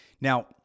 Now